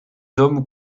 hommes